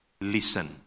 Listen